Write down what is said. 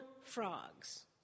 frogs